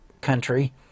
country